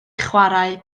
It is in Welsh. chwarae